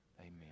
Amen